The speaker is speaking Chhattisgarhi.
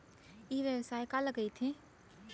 ई व्यवसाय काला कहिथे?